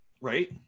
Right